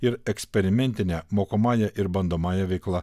ir eksperimentine mokomąja ir bandomąja veikla